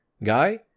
guy